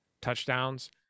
touchdowns